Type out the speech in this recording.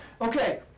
Okay